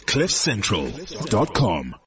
CliffCentral.com